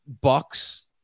bucks